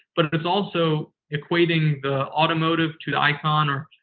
but it's also equating the automotive to the icon or